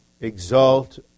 exalt